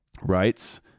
writes